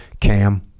cam